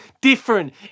different